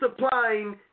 supplying